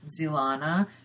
Zilana